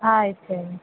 ఇచ్చెయ్యండి